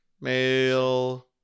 Mail